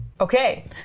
Okay